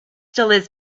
dollars